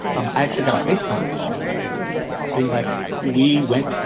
um i actually got face time call from him being like we went.